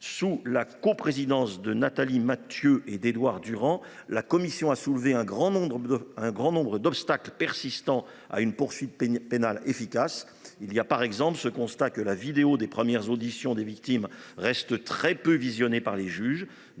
Sous la coprésidence de Nathalie Mathieu et d’Édouard Durand, cette commission a relevé un grand nombre d’obstacles persistants, s’opposant à une poursuite pénale efficace. Il apparaît ainsi que la vidéo des premières auditions des victimes reste très peu visionnée par les juges.